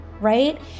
right